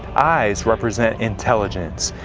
eyes represent intelligence.